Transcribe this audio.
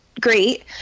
great